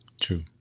True